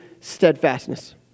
steadfastness